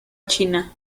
china